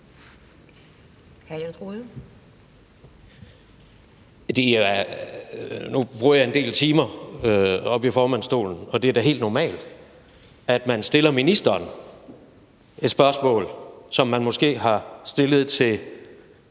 Nu bruger jeg en del timer oppe i formandsstolen, og det er da helt normalt, at man stiller ministeren et spørgsmål, som man måske har stillet til